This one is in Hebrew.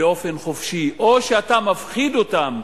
באופן חופשי, או שאתה מפחיד אותם,